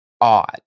odd